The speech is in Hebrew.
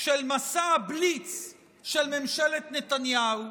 של מסע הבליץ של ממשלת נתניהו,